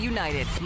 United